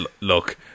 look